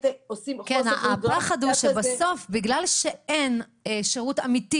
עושים הפחד הוא שבסוף בגלל שאין שירות אמיתי